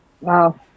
Wow